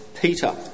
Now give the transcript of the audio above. Peter